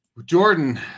Jordan